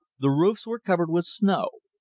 the roofs were covered with snow.